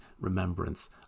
remembrance